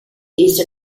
east